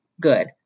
Good